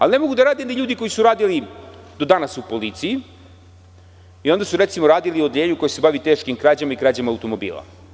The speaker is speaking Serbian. Ali, ne mogu da rade ni ljudi koji su radili do danas u policiji, koji su, recimo, radili u odeljenju koje se bavi teškim krađama i krađama automobila.